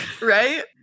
Right